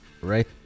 right